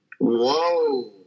Whoa